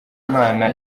imana